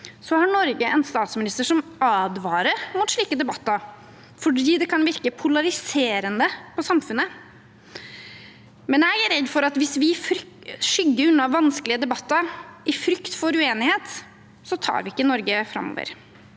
har Norge en statsminister som advarer mot slike debatter fordi det kan virke polariserende på samfunnet. Jeg er redd for at hvis vi skygger unna vanskelige debatter i frykt for uenighet, så tar vi ikke Norge framover.